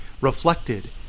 reflected